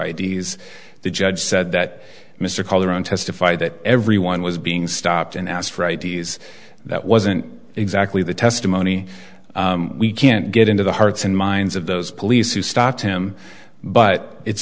d s the judge said that mr calderon testified that everyone was being stopped and asked for i d s that wasn't exactly the testimony we can't get into the hearts and minds of those police who stopped him but it's